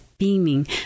Beaming